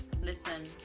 listen